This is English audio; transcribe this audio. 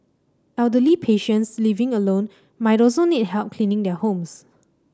elderly patients living alone might also need help cleaning their homes